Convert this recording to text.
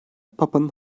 papanın